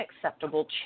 acceptable